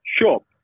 Sure